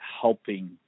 helping